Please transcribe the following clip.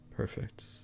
perfect